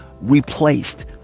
replaced